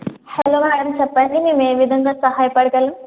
hello ఎవరు చెప్పండి మేము ఏ విధంగా సహాయపడగలము